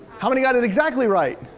how many got it exactly right?